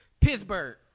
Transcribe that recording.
Pittsburgh